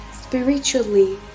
spiritually